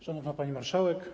Szanowna Pani Marszałek!